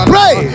Pray